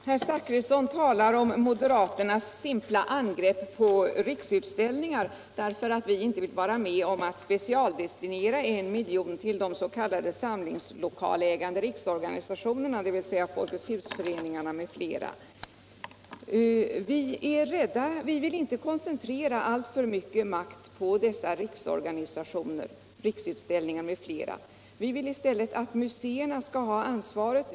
Herr talman! Herr Zachrisson talar om moderaternas simpla angrepp på Riksutställningar. Vi vill inte koncentrera alltför mycket makt till denna riksorganisation, Riksutställningar. Vi vill i stället att museerna skall ha ansvaret.